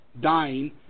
dying